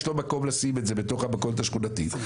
יש לו מקום לשים את זה בתוך המכולת השכונתית,